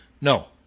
No